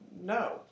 no